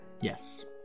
yes